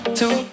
two